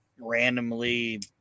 randomly